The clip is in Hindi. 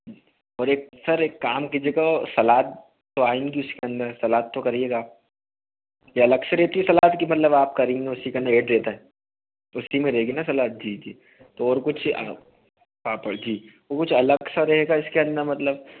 और एक सर एक काम कीजियेगा सलाद तो आएँगी उसके अन्दर सलाद तो करियेगा यह अलग से रहती है सलाद की मतलब आप करी में उसी के अन्दर ऐड देता हैं उसी में रहेगी न सलाद जी जी तो और कुछ आप जी कुछ अलग सा रहेगा इसके अन्दर मतलब